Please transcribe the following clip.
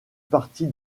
partie